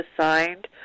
signed